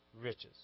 riches